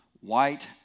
white